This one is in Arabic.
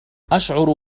أشعر